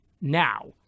now